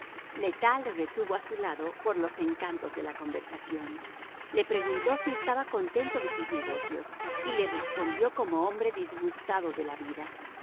tas le retuvo a su lado por los encantos de la conversación le preguntó si estaba contento de sus negocios y le respondió como hombre disgustado de la vida